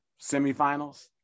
semifinals